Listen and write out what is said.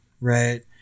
right